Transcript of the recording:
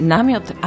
Namiot